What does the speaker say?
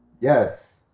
Yes